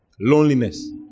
Loneliness